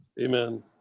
Amen